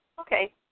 Okay